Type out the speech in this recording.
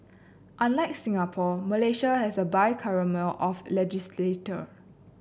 unlike Singapore Malaysia has a bicameral of legislature